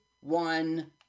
one